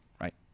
right